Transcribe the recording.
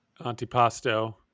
Antipasto